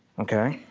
okay?